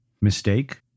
mistake